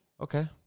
Okay